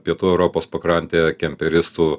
pietų europos pakrantė kemperistų